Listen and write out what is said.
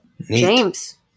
James